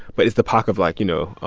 but is the pac of, like, you know,